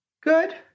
Good